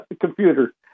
computer